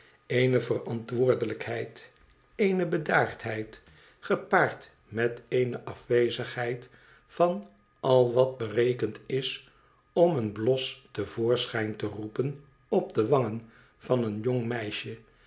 eene verantwoordelijkheid eene bedaardheid gepaard met eene afwezigheid van al wat berekend is om een blos te voorschijn te roepen op de wangen van een jong meisje